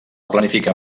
planificar